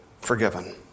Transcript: forgiven